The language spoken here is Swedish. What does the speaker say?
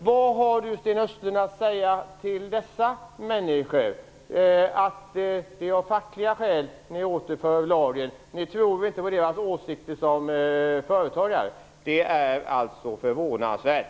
Vad har Sten Östlund att säga till dessa människor? Att det är av fackliga skäl ni återställer lagen? Ni tror alltså inte på deras åsikter som företagare? Det är förvånansvärt.